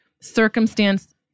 circumstance